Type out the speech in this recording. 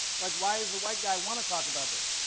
like why does the white guy want to talk about this?